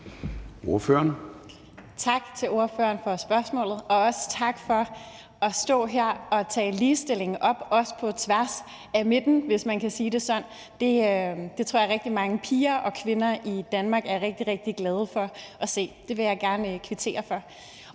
Tak til ordføreren for spørgsmålet, og også tak for at stå her og tage ligestillingen op, også på tværs af midten, hvis man kan sige det sådan. Det tror jeg rigtig mange piger og kvinder i Danmark er rigtig, rigtig glade for at se. Det vil jeg gerne kvittere for.